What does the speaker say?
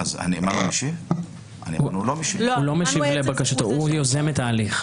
הוא יוזם את ההליך.